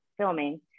filming